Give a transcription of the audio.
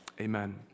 amen